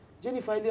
Jennifer